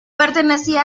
pertenecía